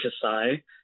Kasai